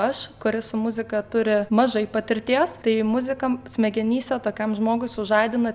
aš kuris su muzika turi mažai patirties tai muzika smegenyse tokiam žmogui sužadina